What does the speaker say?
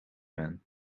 man